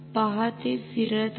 पहा ते फिरत आहे